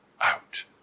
out